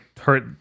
hurt